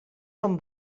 són